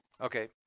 Okay